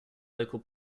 local